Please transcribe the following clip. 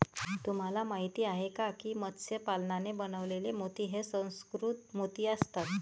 तुम्हाला माहिती आहे का की मत्स्य पालनाने बनवलेले मोती हे सुसंस्कृत मोती असतात